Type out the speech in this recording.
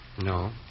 No